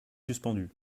suspendue